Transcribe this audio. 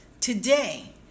Today